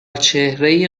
چهره